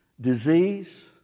disease